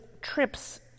trips